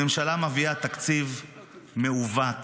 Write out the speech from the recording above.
הממשלה מביאה תקציב מעוות